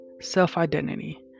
self-identity